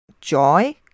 joy